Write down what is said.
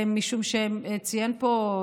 משום שציין פה,